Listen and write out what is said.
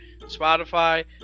Spotify